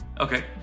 Okay